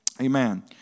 Amen